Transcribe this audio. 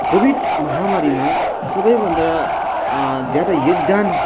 covid महामारीमा सबैभन्दा ज्यादा योगदान